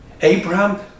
Abraham